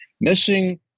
missing